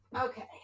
Okay